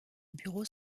bureaux